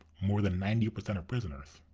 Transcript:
more than ninety percent of prisoners.